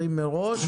עצמך.